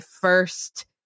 first